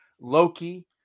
Loki